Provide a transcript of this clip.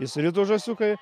išsirito žąsiukai